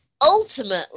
Ultimately